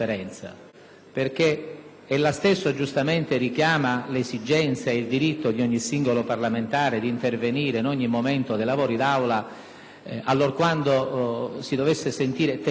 Lei stesso ha giustamente richiamato le esigenze e il diritto di ogni singolo parlamentare di intervenire in ogni momento dei lavori dell'Assemblea allorquando si dovesse sentire tenuto